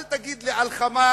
אל תגיד לי על "חמאס",